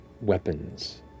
weapons